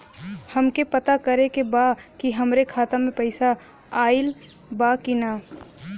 हमके पता करे के बा कि हमरे खाता में पैसा ऑइल बा कि ना?